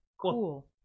cool